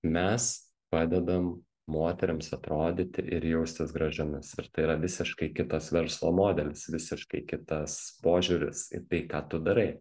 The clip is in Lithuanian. mes padedam moterims atrodyti ir jaustis gražiomis ir tai yra visiškai kitas verslo modelis visiškai kitas požiūris į tai ką tu darai